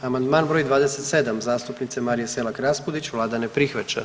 Amandman broj 27. zastupnice Marije Selak Raspudić, vlada ne prihvaća.